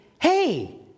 Hey